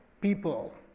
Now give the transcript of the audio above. people